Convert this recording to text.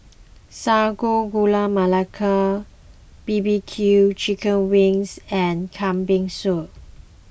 Sago Gula Melaka B B Q Chicken Wings and Kambing Soup